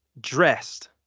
Dressed